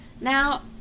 Now